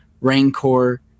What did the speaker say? Rancor